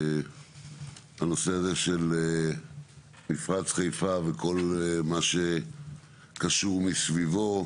הנושא הזה של מפרץ חיפה וכל מה שקשור מסביבו,